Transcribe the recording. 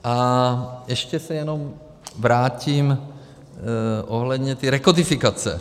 A ještě se jenom vrátím ohledně té rekodifikace.